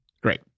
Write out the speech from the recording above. Great